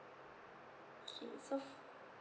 okay so